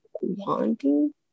wanting